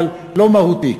אבל לא מהותי.